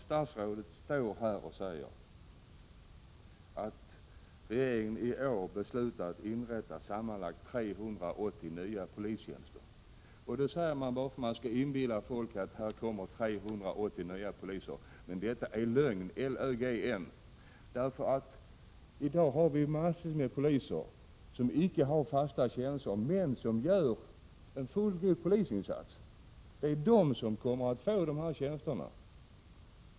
Statsrådet står här och säger att regeringen i år beslutat inrätta sammanlagt 380 nya polistjänster. Med det vill man inbilla folk att det kommer till 380 nya poliser, men detta är lögn—L, Ö, G, N! Det finns i dag massor av poliser som icke har fasta tjänster men som gör en fullgod polisinsats. Det är dessa som kommer att få de nya tjänsterna.